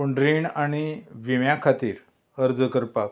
पूण रीण आनी विम्या खातीर अर्ज करपाक